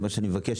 אדוני היושב-ראש,